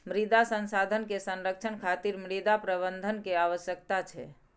मृदा संसाधन के संरक्षण खातिर मृदा प्रबंधन के आवश्यकता छै